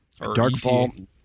Darkfall